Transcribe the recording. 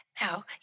Now